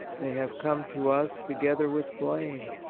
they have come to us together with blame,